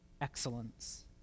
excellence